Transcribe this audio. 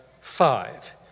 five